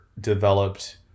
developed